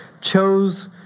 chose